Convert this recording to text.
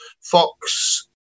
fox